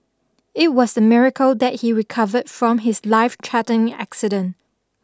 it was a miracle that he recovered from his life-threatening accident